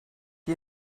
die